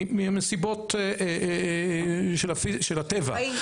מנסיבות של הטבע,